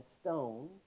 stone